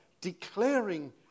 declaring